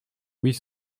huit